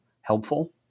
helpful